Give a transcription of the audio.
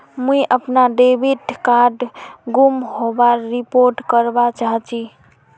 मुई अपना debit card गूम होबार रिपोर्ट करवा चहची